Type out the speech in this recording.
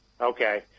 okay